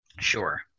Sure